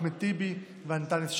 אחמד טיבי ואנטאנס שחאדה.